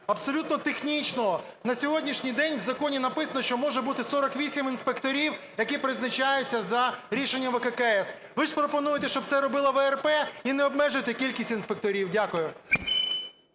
абсолютно технічного. На сьогоднішній день в законі написано, що може бути 48 інспекторів, які призначаються за рішенням ВККС. Ви ж пропонуєте, щоб це робила ВРП і не обмежити кількість інспекторів. Дякую.